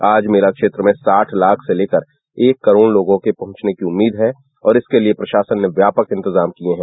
आज मेला क्षेत्र में साठ लाख से लेकर एक करोड़ लोगों के पहचने की उम्मीद है और इसके लिए प्रशासन ने व्यापक इंतजाम किए हैं